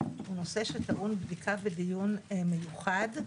הוא נושא שטעון בדיקה ודיון מיוחד,